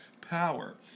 power